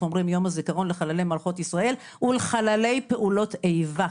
אומרים יום הזיכרון לחללי מערכות ישראל ולחללי פעולות איבה,